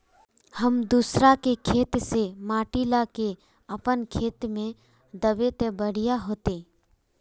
हम दूसरा के खेत से माटी ला के अपन खेत में दबे ते बढ़िया होते?